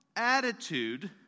attitude